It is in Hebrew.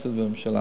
לכנסת ולממשלה.